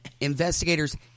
Investigators